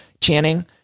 Channing